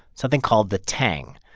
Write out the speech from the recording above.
something called the tang.